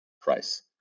price